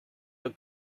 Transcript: look